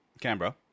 canberra